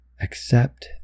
accept